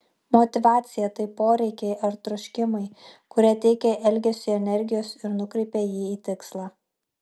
motyvacija tai poreikiai ar troškimai kurie teikia elgesiui energijos ir nukreipia jį į tikslą